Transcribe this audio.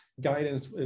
guidance